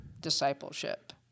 discipleship